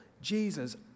Jesus